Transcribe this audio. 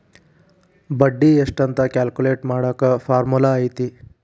ಬಡ್ಡಿ ಎಷ್ಟ್ ಅಂತ ಕ್ಯಾಲ್ಕುಲೆಟ್ ಮಾಡಾಕ ಫಾರ್ಮುಲಾ ಐತಿ